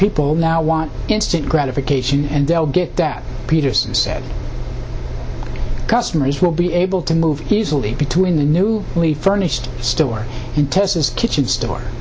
people now want instant gratification and they'll get that peterson said customers will be able to move easily between the new we furnished store in tess's kitchen store